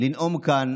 לנאום כאן